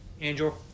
Angel